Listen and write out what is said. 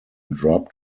dropped